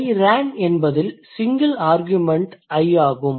I ran என்பதில் single argument I ஆகும்